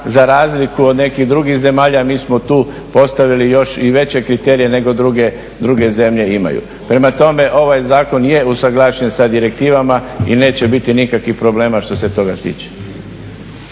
za razliku od nekih drugih zemljama i smo tu postavili još i veće kriterije nego druge zemlje imaju. Prema tome, ovaj zakon je usuglašen sa direktivama i neće biti nikakvih problema što se toga tiče.